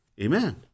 Amen